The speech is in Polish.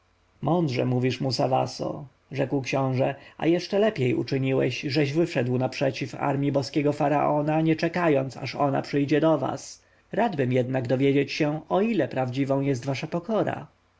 mądrze mówisz musawaso rzekł książę a jeszcze lepiej uczyniłeś żeś wyszedł naprzeciw armji boskiego faraona nie czekając aż ona przyjdzie do was radbym jednak dowiedzieć się o ile prawdziwą jest wasza pokora